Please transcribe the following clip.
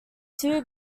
two